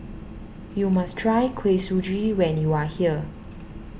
you must try Kuih Suji when you are here